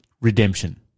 redemption